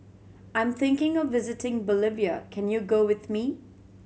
I'm thinking of visiting Bolivia can you go with me